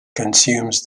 consumes